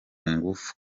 ngufu